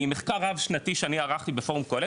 ממחקר רב שנתי שאני ערכתי בפורום קהלת,